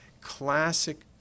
Classic